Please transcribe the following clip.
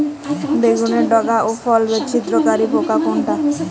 বেগুনের ডগা ও ফল ছিদ্রকারী পোকা কোনটা?